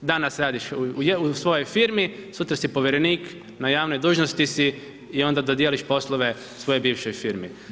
Danas radiš u svojoj firmi, sutra si povjerenik, na javnoj dužnosti si i onda dodijeliš poslove svojoj bivšoj firmi.